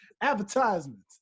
Advertisements